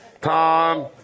Tom